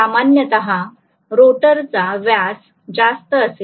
सामान्यतः रोटरचा व्यास जास्त असेल